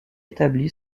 établi